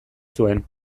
zuen